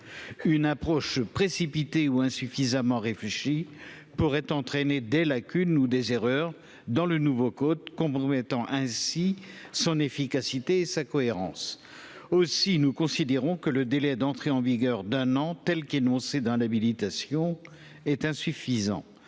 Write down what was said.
Une approche précipitée ou insuffisamment réfléchie pourrait entraîner des lacunes ou des erreurs dans le nouveau code, compromettant ainsi son efficacité et sa cohérence. Aussi, nous considérons que le délai d'entrée en vigueur d'un an, tel qu'énoncé dans l'habilitation, est insuffisant.